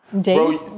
Days